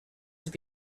have